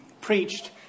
preached